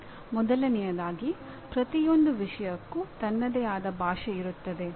ಮೊದಲನೆಯದಾಗಿ ಪ್ರತಿಯೊಂದು ವಿಷಯಕ್ಕೂ ತನ್ನದೇ ಆದ ಭಾಷೆ ಇರುತ್ತದೆ